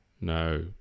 No